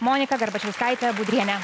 moniką garbačiauskaitę budrienę